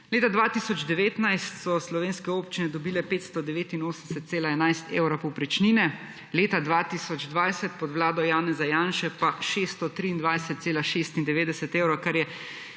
Leta 2019 so slovenske občine dobile 589,11 evra povprečnine, leta 2020 pod vlado Janeza Janše pa 623,96 evra,